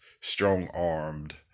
strong-armed